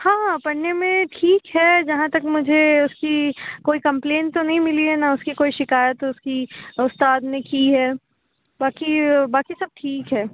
ہاں پڑھنے میں ٹھیک ہے جہاں تک مجھے اُس کی کوئی کمپلین تو نہیں ملی ہے نہ اُس کی کوئی شکایت اُس کی اُستاد نے کی ہے باقی باقی سب ٹھیک ہے